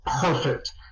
perfect